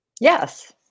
Yes